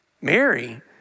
Mary